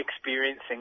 experiencing